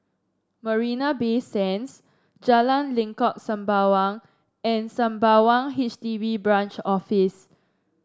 Marina Bay Sands Jalan Lengkok Sembawang and Sembawang H D B Branch Office